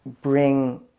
bring